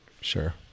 Sure